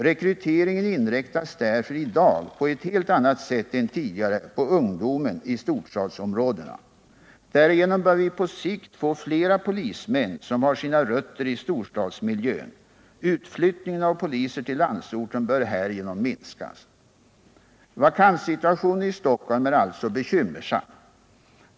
Rekryteringen inriktas därför i dag på ett helt annat sätt än tidigare på ungdomen i storstadsområdena. Därigenom bör vi på sikt få flera polismän som har sina rötter i storstadsmiljön. Utflyttningen av poliser till landsorten bör härigenom minska. Vakanssituationen i Stockholm är alltså bekymmersam.